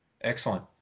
Excellent